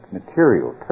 material